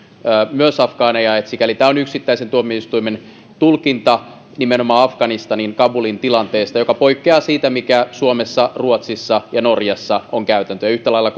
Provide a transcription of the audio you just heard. myös afgaaneja eli sikäli tämä on yksittäisen tuomioistuimen tulkinta nimenomaan afganistanin kabulin tilanteesta joka poikkeaa siitä mikä suomessa ruotsissa ja norjassa on käytäntö yhtä lailla